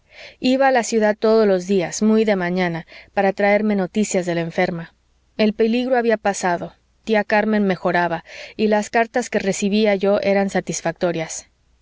iba a la ciudad todos los días muy de mañana para traerme noticias de la enferma el peligro había pasado tía carmen mejoraba y las cartas que recibía yo eran satisfactorias